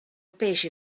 peix